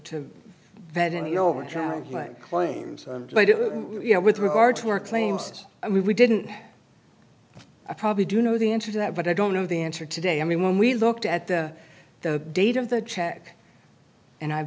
your claims you know with regard to your claims and we didn't i probably do know the answer to that but i don't know the answer today i mean when we looked at the date of the check and i